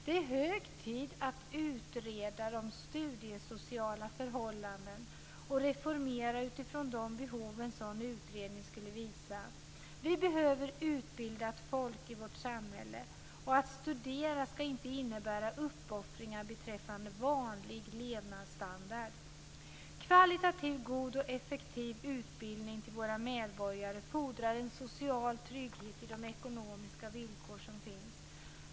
Det är hög tid att utreda de studiesociala förhållandena och att reformera dem utifrån de behov som en sådan utredning skulle visa på. Vi behöver utbildat folk i vårt samhälle, och att studera skall inte innebära uppoffringar i förhållande till vanlig levnadsstandard. Kvalitativt god och effektiv utbildning för våra medborgare fordrar ekonomiska villkor som ger en social trygghet.